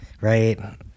right